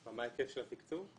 מה היקף התקצוב?